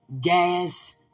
gas